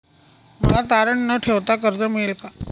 मला तारण न ठेवता कर्ज मिळेल का?